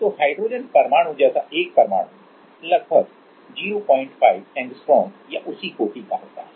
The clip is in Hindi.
तो हाइड्रोजन परमाणु जैसा एक परमाणु लगभग 05 एंगस्ट्रॉम या उसी कोटि का होता है